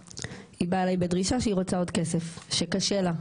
היא באה אליי בדרישה שהיא רוצה עוד כסף, שקשה לה.